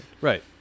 Right